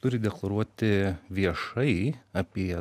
turi deklaruoti viešai apie